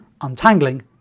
untangling